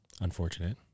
Unfortunate